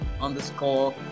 underscore